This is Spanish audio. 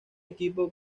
equipo